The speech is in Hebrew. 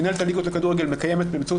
מינהלת הליגות לכדורגל מקיימת באמצעות